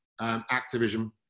Activision